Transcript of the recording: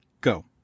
Go